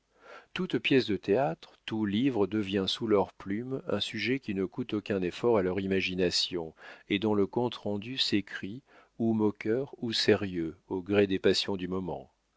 toute pièce de théâtre tout livre devient sous leurs plumes un sujet qui ne coûte aucun effort à leur imagination et dont le compte-rendu s'écrit ou moqueur ou sérieux au gré des passions du moment